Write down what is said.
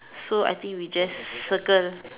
so I think we just circle